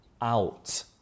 out